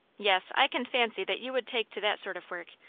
yes, i can fancy that you would take to that sort of work,